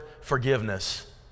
forgiveness